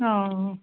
অ